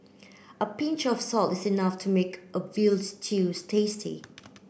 a pinch of salt is enough to make a veal stew tasty